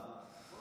בכזאת רוח אנחנו,